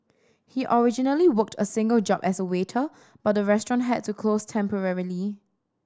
he originally worked a single job as a waiter but the restaurant had to close temporarily